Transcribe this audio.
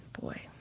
boy